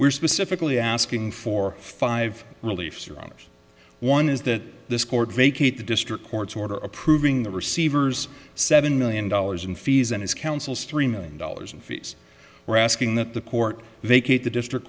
were specifically asking for five relief surrenders one is that this court vacate the district court's order approving the receivers seven million dollars in fees and his council's three million dollars in fees we're asking that the court vacate the district